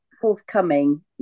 forthcoming